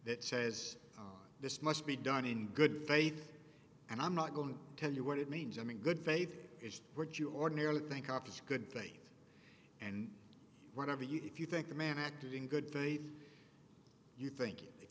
that says this must be done in good faith and i'm not going to tell you what it means i mean good faith is what you ordinarily think opposite good things and whatever you if you think the man acted in good faith you think if